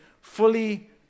Fully